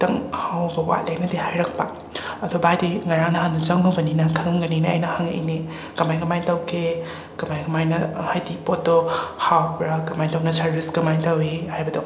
ꯈꯤꯇꯪ ꯍꯥꯎꯕ ꯋꯥꯠꯂꯦꯅꯗꯤ ꯍꯥꯏꯔꯛꯄ ꯑꯗꯣ ꯕꯥꯏꯗꯤ ꯉꯔꯥꯡ ꯅꯍꯥꯟꯗ ꯆꯪꯉꯨꯕꯅꯤꯅ ꯈꯪꯉꯝꯒꯅꯤꯅ ꯑꯩꯅ ꯍꯪꯉꯛꯏꯅꯦ ꯀꯃꯥꯏ ꯀꯃꯥꯏ ꯇꯧꯒꯦ ꯀꯃꯥꯏ ꯀꯃꯥꯏꯅ ꯍꯥꯏꯗꯤ ꯄꯣꯠꯇꯣ ꯍꯥꯎꯕ꯭ꯔꯥ ꯀꯃꯥꯏ ꯇꯪꯅ ꯁꯥꯔꯕꯤꯁ ꯀꯃꯥꯏ ꯇꯪꯏ ꯍꯥꯏꯕꯗꯣ